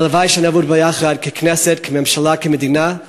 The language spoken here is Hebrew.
הלוואי שנעבוד ביחד ככנסת, כממשלה, כמדינה,